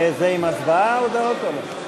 בבקשה, אדוני.